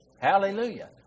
Hallelujah